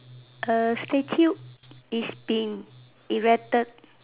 err statue is been eradicated